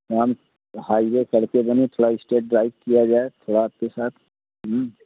ma'am highway करके जो न थोड़ा इस्टेट ड्राइव किया जाए थोड़ा आपके साथ